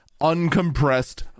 uncompressed